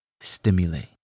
stimulate